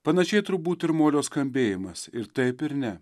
panašiai turbūt ir molio skambėjimas ir taip ir ne